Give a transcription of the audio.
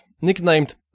nicknamed